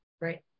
right